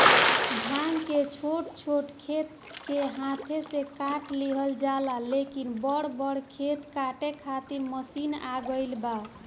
भांग के छोट छोट खेत के हाथे से काट लिहल जाला, लेकिन बड़ बड़ खेत काटे खातिर मशीन आ गईल बा